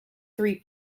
three